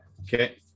Okay